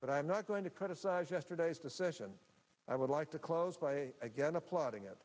but i'm not going to criticize yesterday's decision i would like to close by again applauding it